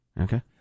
Okay